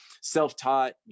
self-taught